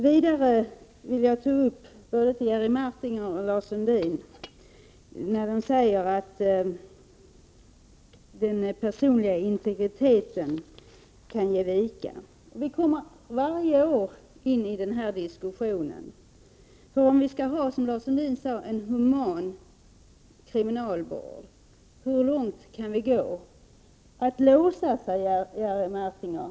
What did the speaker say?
Vidare vill jag bemöta både Jerry Martinger och Lars Sundin, som säger att den personliga integriteten kan ge vika. Den här diskussionen kommer vi in i varje år. Om vi, som Lars Sundin sade, skall ha en human kriminalvård, hur långt kan vi då gå? Det går att låsa, säger Jerry Martinger.